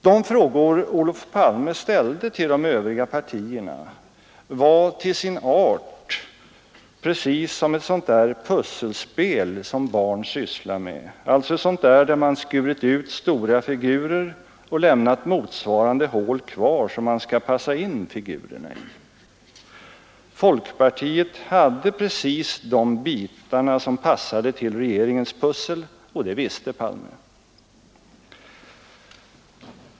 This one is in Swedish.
De frågor Olof Palme ställde till de övriga partierna var till sin art precis som ett sådant där pusselspel som barn sysslar med, ett sådant där man skurit ut stora figurer och lämnat motsvarande hål kvar som figurerna skall passas in i. Folkpartiet hade precis de bitar som passade till regeringens pussel, och det visste herr Palme.